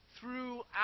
throughout